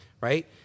Right